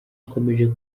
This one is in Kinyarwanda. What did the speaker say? akomeje